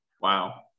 Wow